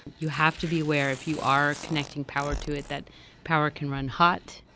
you have to be aware. if you are connecting power to it, that power can run hot,